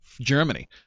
Germany